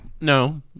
No